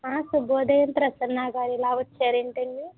ఆ శుభోదయం ప్రసన్నగారు ఇలా వచ్చారేంటండి